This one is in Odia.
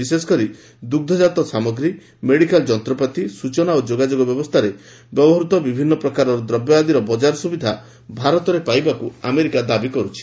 ବିଶେଷକରି ଦୁଗ୍ଧଜାତ ସାମଗ୍ରୀ ମେଡ଼ିକାଲ ଯନ୍ତ୍ରପାତି ସୂଚନା ଓ ଯୋଗାଯୋଗ ବ୍ୟବସ୍ଥାରେ ବ୍ୟବହୃତ ବିଭିନୁ ପ୍ରକାରର ଦ୍ରବ୍ୟ ଆଦିର ବଜାର ସୁବିଧା ଭାରତରେ ପାଇବାକୁ ଆମେରିକା ଦାବି କରୁଛି